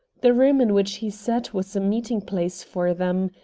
the room in which he sat was a meeting-place for them.